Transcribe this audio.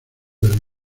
del